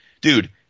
Dude